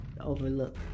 overlook